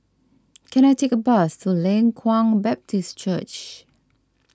can I take a bus to Leng Kwang Baptist Church